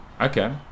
Okay